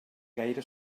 gaire